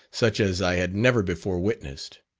such as i had never before witnessed.